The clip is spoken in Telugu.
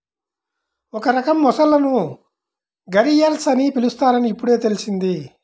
ఒక రకం మొసళ్ళను ఘరియల్స్ అని పిలుస్తారని ఇప్పుడే తెల్సింది